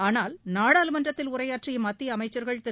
ஆனால் நாடாளுமன்றத்தில் உரையாற்றிய மத்திய அமைச்சர்கள் திரு